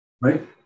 Right